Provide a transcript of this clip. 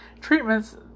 treatments